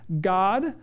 God